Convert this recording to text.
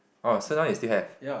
oh so now you still have